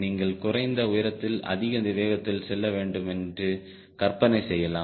நீங்கள் குறைந்த உயரத்தில் அதிக வேகத்தில் செல்ல வேண்டும் என்று கற்பனை செய்யலாம்